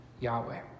Yahweh